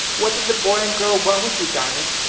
what did the boy and girl want with you, diamond?